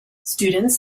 students